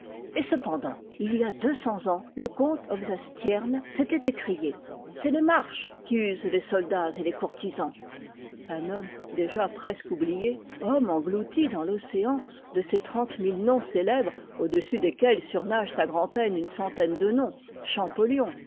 et cependant il y a deux cents ans le comte oxenstiern s'était écrié c'est les marches qui usent les soldats et les courtisans un homme déjà presque oublié homme englouti dans l'océan de ces trente mille noms célèbres au-dessus desquels surnagent à grand'peine une centaine de noms champollion